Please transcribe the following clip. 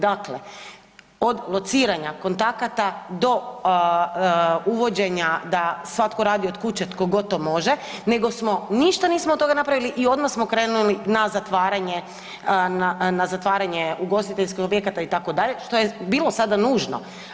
Dakle, od lociranja kontakata do uvođenja da svatko radi od kuće tko god to može, nego ništa nismo od toga napravili i odmah smo krenuli na zatvaranje ugostiteljskih objekata itd. što je bilo sada nužno.